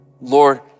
Lord